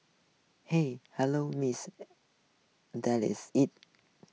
hi hello Miss that is it